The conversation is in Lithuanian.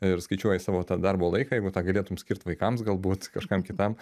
ir skaičiuoji savo tą darbo laiką jeigu tą galėtum skirt vaikams galbūt kažkam kitam